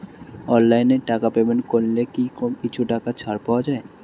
অনলাইনে টাকা পেমেন্ট করলে কি কিছু টাকা ছাড় পাওয়া যায়?